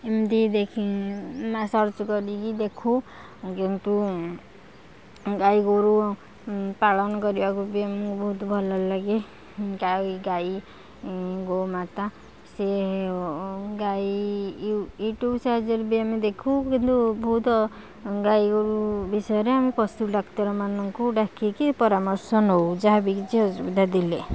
ଏମିତି ଦେଖି ନା ସର୍ଚ୍ଚ କରିକି ଦେଖୁ କିନ୍ତୁ ଗାଈଗୋରୁ ପାଳନ କରିବାକୁ ବି ମୁଁ ବହୁତ ଭଲ ଲାଗେ ଗାଈ ଗାଈ ଗୋମାତା ସିଏ ଗାଈ ୟୁଟୁବ୍ ସାହାଯ୍ୟରେ ବି ଆମେ ଦେଖୁ କିନ୍ତୁ ବହୁତ ଗାଈ ବିଷୟରେ ଆମେ ପଶୁ ଡ଼ାକ୍ତର ମାନଙ୍କୁ ଡାକିକି ପରାମର୍ଶ ନେଉ ଯାହାବି କିଛି ଅସୁବିଧା ଥିଲେ